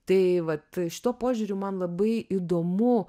tai vat šituo požiūriu man labai įdomu